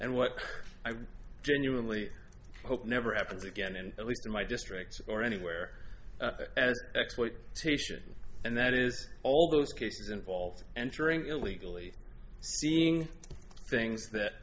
and what i would genuinely hope never happens again and at least in my district or anywhere else exploitation and that is all those cases involved entering illegally seeing things